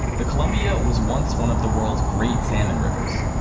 the columbia was once one of the world's great salmon rivers.